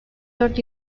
dört